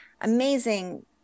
amazing